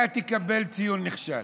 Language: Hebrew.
אתה תקבל ציון נכשל.